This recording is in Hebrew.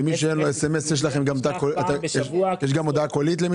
ומי שאין לו סמס, יש לכם גם הודעה קולית?